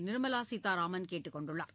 நிர்மலா சீத்தாராமன் கேட்டுக் கொண்டுள்ளார்